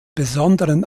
besonderen